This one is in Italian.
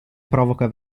provoca